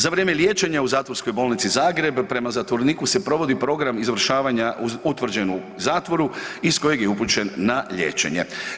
Za vrijeme liječenja u zatvorskoj bolnici Zagreb prema zatvoreniku se provodi program izvršavanja utvrđen u zatvoru iz kojeg je upućen na liječenje“